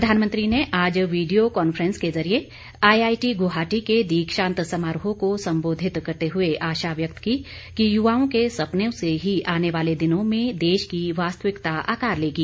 प्रधानमंत्री ने आज वीडियो कान्फ्रेंस के जरिए आईआईटी गुवाहाटी के दीक्षान्त समारोह को संबोधित करते हुए आशा व्यक्त की कि युवाओं के सपनो से ही आने वाले दिनों में देश की वास्तविकता आकार लेगी